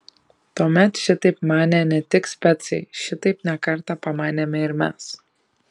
tuomet šitaip manė ne tik specai šitaip ne kartą pamanėme ir mes